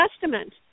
Testament